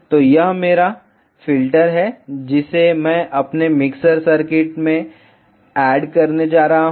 तो यह मेरा IF फिल्टर है जिसे मैं अपने मिक्सर सर्किट में ऐड करने जा रहा हूं